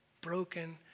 Broken